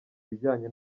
bijyanye